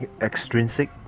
extrinsic